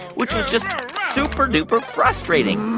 which was just super-duper frustrating.